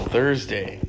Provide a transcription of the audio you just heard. Thursday